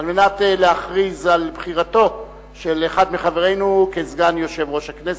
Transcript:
על מנת להכריז על בחירתו של אחד מחברינו לסגן יושב-ראש הכנסת.